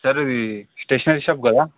sir ఇది stationery shop కదా